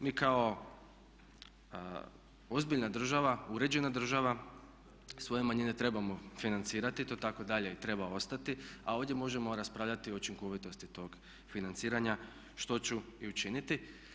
Mi kao ozbiljna država, uređena država, svoje manjine trebamo financirati i to tako dalje i treba ostati a ovdje možemo raspravljati o učinkovitosti tog financiranja što ću i učiniti.